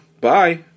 bye